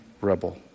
rebel